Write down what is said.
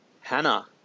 Hannah